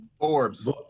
Forbes